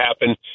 happen